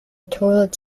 toilet